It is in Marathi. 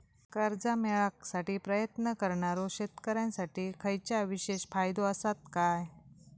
कर्जा मेळाकसाठी प्रयत्न करणारो शेतकऱ्यांसाठी खयच्या विशेष फायदो असात काय?